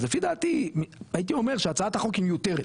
אז לפי דעתי הייתי אומר שהצעת החוק היא מיותרת.